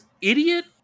idiot